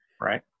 Right